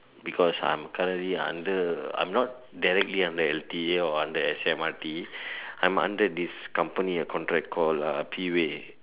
because I'm currently under I'm not directly under L_T_A or under S_M_R_T I'm under this company a contract called P way